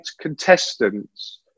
contestants